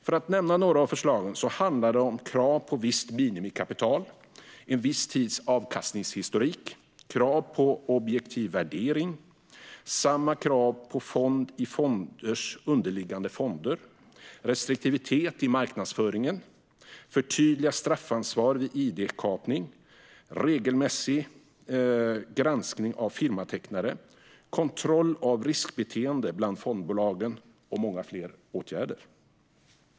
För att nämna några av förslagen handlar det om krav på visst minimikapital och en viss tids avkastningshistorik, krav på objektiv värdering, samma krav på fond i fonders underliggande fonder, restriktivitet i marknadsföringen, förtydligat straffansvar vid id-kapning, regelmässig granskning av firmatecknare, kontroll av riskbeteende bland fondbolagen och många fler åtgärder.